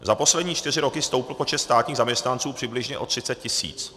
Za poslední čtyři roky stoupl počet státních zaměstnanců přibližně o 30 tisíc.